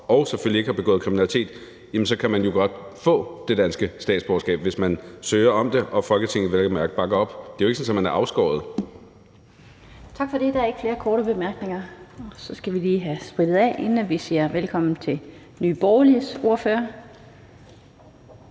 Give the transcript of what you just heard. og selvfølgelig ikke har begået kriminalitet, så kan man jo godt få det danske statsborgerskab, hvis man søger om det og Folketinget vel at mærke bakker op. Der er jo ikke sådan, at man er afskåret. Kl. 13:17 Den fg. formand (Annette Lind): Tak for det. Der er ikke flere korte bemærkninger. Og så skal vi lige have sprittet af, inden vi siger velkommen til Nye Borgerliges ordfører.